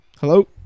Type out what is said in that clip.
Hello